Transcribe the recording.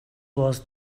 was